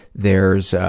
there's